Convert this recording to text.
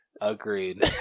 agreed